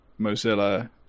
Mozilla